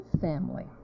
family